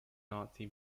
nazi